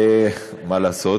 אתה אומר